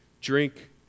drink